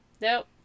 Nope